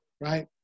right